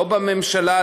לא בממשלה,